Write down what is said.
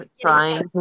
trying